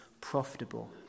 profitable